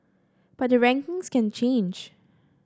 but the rankings can change